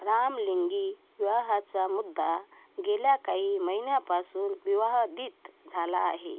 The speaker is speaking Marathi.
रामलिंगी विवाहाचा मुद्दा गेल्या काही महिन्यापासून विवाहदित झाला आहे